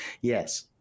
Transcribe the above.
yes